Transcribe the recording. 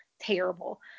terrible